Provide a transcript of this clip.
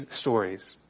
stories